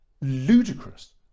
Ludicrous